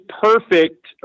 perfect